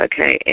Okay